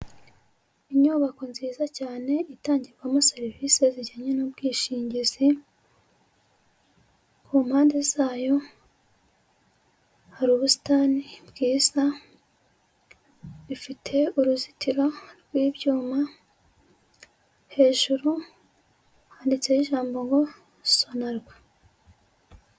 Inyubako nziza cyane itangirwamo serivisi zijyanye n'ubwishingizi, ku mpande zayo hari ubusitani bwiza, ifite uruzitiro rw'ibyuma, hejuru handitseho ijambo ngo "SONARWA".